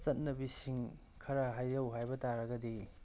ꯆꯠꯅꯕꯤꯁꯤꯡ ꯈꯔ ꯍꯥꯏꯖꯧ ꯍꯥꯏꯕ ꯇꯥꯔꯒꯗꯤ